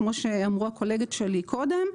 כמו שאמרו הקולגות שלי קודם לכן,